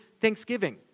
Thanksgiving